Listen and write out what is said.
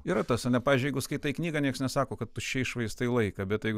yra tas ane pavyzdžiui jeigu skaitai knygą nieks nesako kad tuščiai švaistai laiką bet jei